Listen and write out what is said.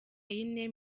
yine